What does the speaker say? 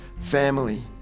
family